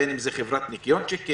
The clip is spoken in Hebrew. בין אם זה חברת ניכיון צ’קים